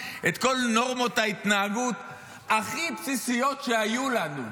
את כל נורמות ההתנהגות הבסיסיות שהיו לנו,